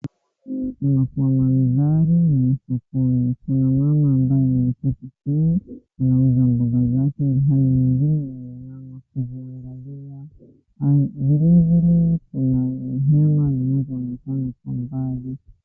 Inaonekana kuwa mandhari ya sokoni, kuna mama ambaye ameketi chini anauz mboga zake ilhali mwingine ameinama kuziangalia. Vilevile kuna hema mingi zimepangwa ambazo.